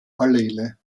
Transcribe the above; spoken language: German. allele